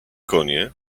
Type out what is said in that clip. konie